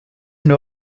nur